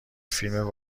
فیلم